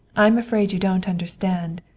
i'm afraid you don't understand.